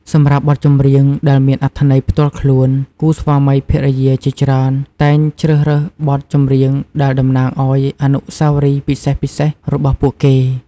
សម្រាប់បទចម្រៀងដែលមានអត្ថន័យផ្ទាល់ខ្លួន គូស្វាមីភរិយាជាច្រើនតែងជ្រើសរើសបទចម្រៀងដែលតំណាងឲ្យអនុស្សាវរីយ៍ពិសេសៗរបស់ពួកគេ។